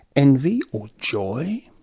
envy or joy,